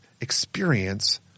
experience